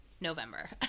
November